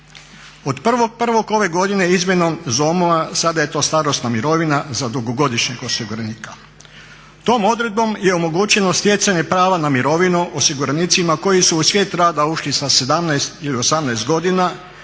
Od 1.01. ove godine izmjenom ZOM-a sada je to starosna mirovina za dugogodišnjeg osiguranika. Tom odredbom je omogućeno stjecanje prava na mirovinu osiguranicima koji su u svijet rada ušli sa 17. ili 18. godina,